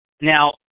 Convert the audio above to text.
Now